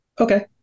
Okay